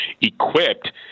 equipped